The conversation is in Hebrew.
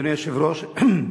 אדוני היושב-ראש,